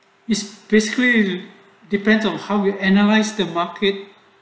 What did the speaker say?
it's basically depends on how we analyse the market